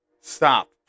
Stop